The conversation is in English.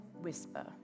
whisper